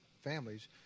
families